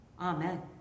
Amen